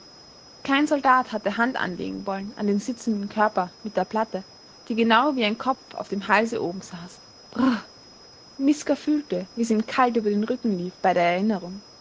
kein soldat hatte hand anlegen wollen an den sitzenden körper mit der platte die genau wie ein kopf auf dem halse oben saß brr miska fühlte wie's ihm kalt über den rücken lief bei der erinnerung